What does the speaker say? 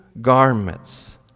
garments